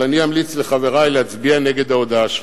אבל אני אמליץ לחברי להצביע נגד ההודעה שלך.